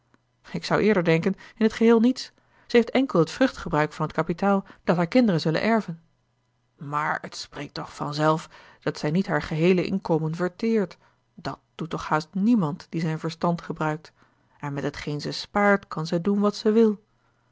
ik zou eerder denken in t geheel niets zij heeft enkel het vruchtgebruik van het kapitaal dat haar kinderen zullen erven maar het spreekt toch van zelf dat zij niet haar geheele inkomen verteert dàt doet toch haast niemand die zijn verstand gebruikt en met hetgeen ze spaart kan zij doen wat ze wil